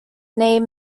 name